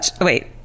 Wait